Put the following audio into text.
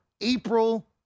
April